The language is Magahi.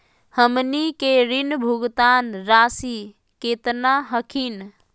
हमनी के ऋण भुगतान रासी केतना हखिन?